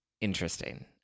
interesting